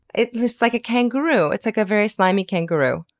it looks like a kangaroo. it's like a very slimy kangaroo.